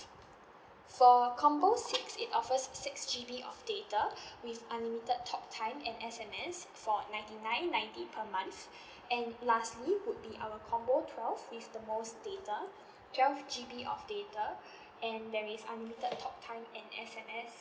for combo six it offers six G_B of data with unlimited talk time and S_M_S for ninety nine ninety per month and lastly would be our combo twelve with the most data twelve G_B of data and there is unlimited talk time and S_M_S